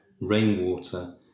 rainwater